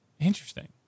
Interesting